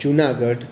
Junagadh